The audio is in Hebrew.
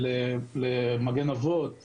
למגן אבות ולרווחה.